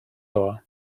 law